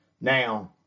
Now